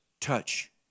Touch